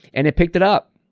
and it picked it up.